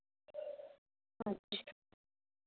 अच्छा